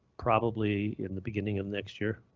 probably in the beginning of next year.